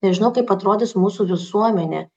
nežinau kaip atrodys mūsų visuomenė